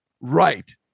Right